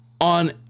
On